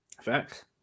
Facts